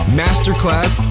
masterclass